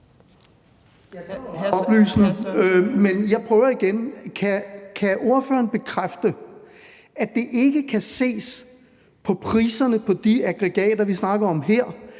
Kan ordføreren bekræfte, at det ikke kan ses på priserne på de aggregater, vi snakker om her,